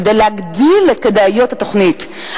כדי להגדיל את כדאיות התוכנית".